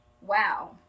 wow